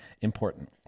important